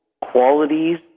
qualities